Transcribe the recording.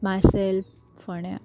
मार्सेल फोण्यां